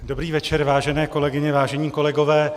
Dobrý večer, vážené kolegyně, vážení kolegové.